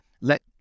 let